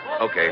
Okay